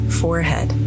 forehead